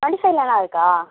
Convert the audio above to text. twenty ஃபைல தான் இருக்கா